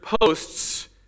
posts